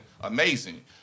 amazing